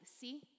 see